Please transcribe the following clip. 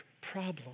problem